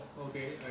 okay